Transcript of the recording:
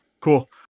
Cool